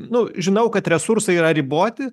nu žinau kad resursai yra riboti